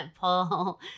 Paul